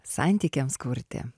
santykiams kurti